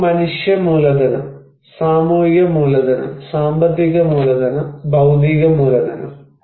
ഒന്ന് മനുഷ്യ മൂലധനം സാമൂഹിക മൂലധനം സാമ്പത്തിക മൂലധനം ഭൌതിക മൂലധനം